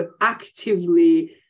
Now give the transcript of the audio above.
actively